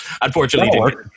unfortunately